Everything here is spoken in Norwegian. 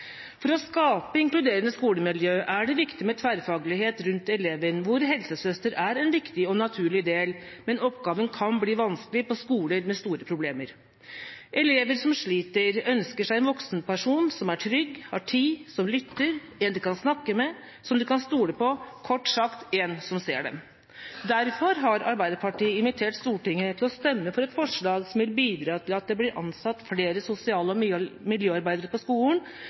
For å skape et inkluderende skolemiljø er det viktig med tverrfaglighet rundt eleven. Da er helsesøster en viktig og naturlig del, men oppgaven kan bli vanskelig på skoler med store problemer. Elever som sliter, ønsker seg en voksenperson som er trygg, har tid, som lytter, en de kan snakke med, som de kan stole på, kort sagt: en som ser dem. Derfor har Arbeiderpartiet invitert Stortinget til å stemme for et forslag som vil bidra til at det blir ansatt flere sosial- og miljøarbeidere på